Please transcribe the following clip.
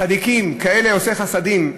צדיקים, כאלה עושי חסדים,